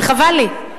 וחבל לי.